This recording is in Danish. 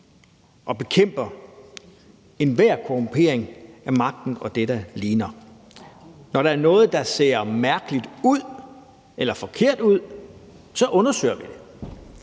og bekæmper enhver korrumpering af magten og det, der ligner. Når der er noget, der ser mærkeligt ud eller forkert ud, undersøger vi det.